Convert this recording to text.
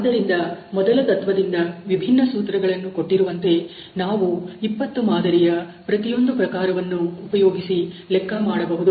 ಆದ್ದರಿಂದ ಮೊದಲ ತತ್ವದಿಂದ ವಿಭಿನ್ನ ಸೂತ್ರಗಳನ್ನು ಕೊಟ್ಟಿರುವಂತೆ ನಾವು 20 ಮಾದರಿಯ ಪ್ರತಿಯೊಂದು ಪ್ರಕಾರವನ್ನು ಉಪಯೋಗಿಸಿ ಲೆಕ್ಕ ಮಾಡಬಹುದು